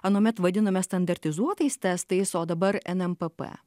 anuomet vadinome standartizuotais testais o dabar nmpp